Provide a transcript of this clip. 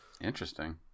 Interesting